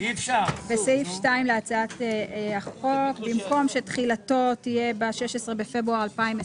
בסעיף 2 להצעת החוק במקום "שתחילתו תהיה ב-16 בפברואר 2023"